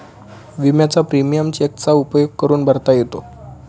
विम्याचा प्रीमियम चेकचा उपयोग करून भरता येतो